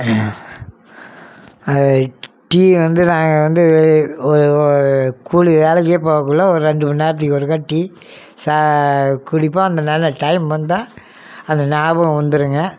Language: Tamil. அது டீ வந்து நாங்கள் வந்து வெளி ஒரு ஒரு கூலி வேலைக்கே போவக்குள்ளே ஒரு ரெண்டு மணிநேரத்துக்கு ஒருக்க டீ ச குடிப்போம் அதனால டைம் வந்தா அந்த ஞாபகம் வந்துருங்க